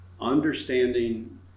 understanding